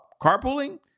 carpooling